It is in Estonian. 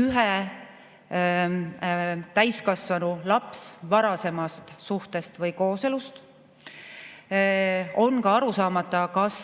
ühe täiskasvanu laps varasemast suhtest või kooselust. On ka arusaamatu, kas